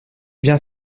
viens